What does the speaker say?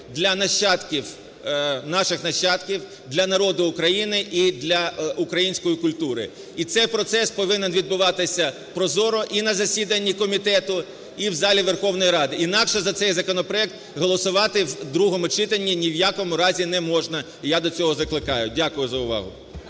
наших нащадків, для народу України і для української культури. І цей процес повинен відбуватися прозоро і на засіданні комітету, і в залі Верховної Ради, інакше за цей законопроект голосувати в другому читанні ні в якому разі не можна, і я до цього закликаю. Дякую за увагу.